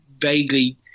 vaguely